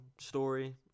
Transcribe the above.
story